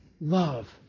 love